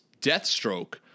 Deathstroke